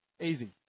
Easy